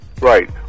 Right